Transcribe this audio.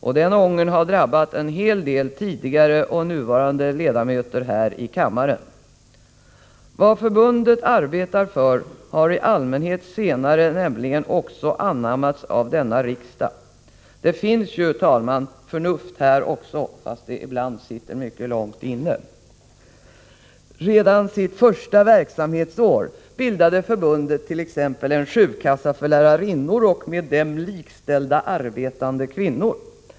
Och den ångern har drabbat en hel del tidigare och nuvarande ledamöter här i kammaren. Vad förbundet arbetar för har i allmänhet senare nämligen också anammats av denna riksdag. Det finns ju, herr talman, förnuft här också fast det ibland sitter långt inne. Redan under sitt första verksamhetsår bildade förbundet t.ex. en sjukkassa för lärarinnor och med dem likställda arbetande kvinnor.